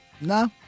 No